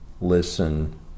listen